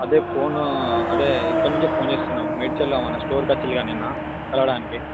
అదే ఫోన్ అదే ఇక్కడి నుంచే ఫోన్ చేస్తున్నాము మేడ్చల్ల మన స్టోర్కి వచ్చిళ్ళుగా నిన్న కలవడానికి